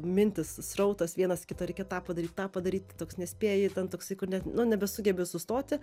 mintys srautas vienas kitą reikia tą padaryt tą padaryt toks nespėji ten toksai kur net nebesugebi sustoti